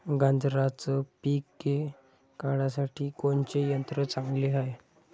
गांजराचं पिके काढासाठी कोनचे यंत्र चांगले हाय?